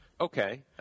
okay